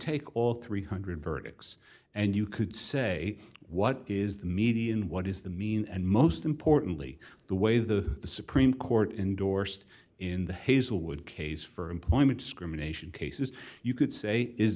take all three hundred verdicts and you could say what is the median what is the mean and most importantly the way the supreme court endorsed in the hazelwood case for employment discrimination cases you could say is